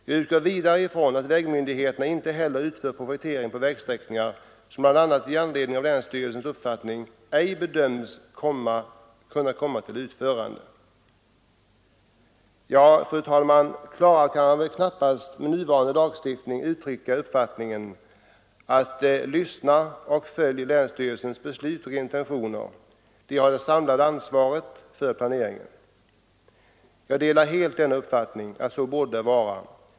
Jag utgår vidare ifrån att vägmyndigheterna inte heller utför projektering på vägsträckningar som — bl.a. i anledning av länsstyrelsens uppfattning — ej bedöms kunna komma till utförande.” Ja, fru talman, klarare kan man väl knappast med nuvarande lagstiftning uttrycka uppfattningen att vägmyndigheterna bör lyssna till och följa länsstyrelsens beslut och intentioner. Länsstyrelserna har det samlade ansvaret för planeringen. : Jag delar helt denna uppfattning att så bör det vara.